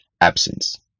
absence